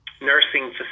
nursing